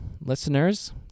listeners